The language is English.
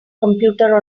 computer